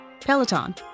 Peloton